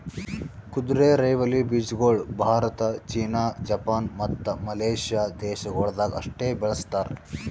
ಕುದುರೆರೈವಲಿ ಬೀಜಗೊಳ್ Bharat, China, Japan, ಮತ್ತ ಮಲೇಷ್ಯಾ ದೇಶಗೊಳ್ದಾಗ್ ಅಷ್ಟೆ ಬೆಳಸ್ತಾರ್